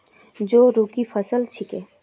जौ रबी फसल छिके